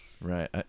Right